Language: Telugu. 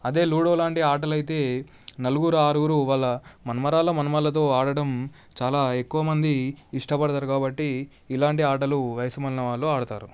అదే లూడో లాంటి ఆటలైతే నలుగురు ఆరుగురు వాళ్ళ మనుమరాళ్ళు మనమళ్ళతో ఆడటం చాలా ఎక్కువ మంది ఇష్టపడుతారు కాబట్టి ఇలాంటి ఆటలు వయసు మళ్ళిన వాళ్ళు ఆడుతారు